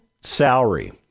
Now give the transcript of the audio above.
salary